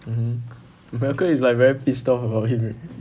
mmhmm malcolm is like very pissed off about him right